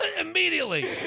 Immediately